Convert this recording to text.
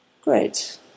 Great